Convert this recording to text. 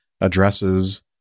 addresses